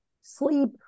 sleep